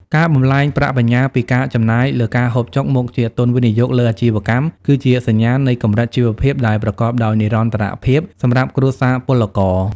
ការបំប្លែងប្រាក់បញ្ញើពី "ការចំណាយលើការហូបចុក" មកជា "ទុនវិនិយោគលើអាជីវកម្ម" គឺជាសញ្ញាណនៃកម្រិតជីវភាពដែលប្រកបដោយនិរន្តរភាពសម្រាប់គ្រួសារពលករ។